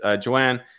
Joanne